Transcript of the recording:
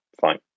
fine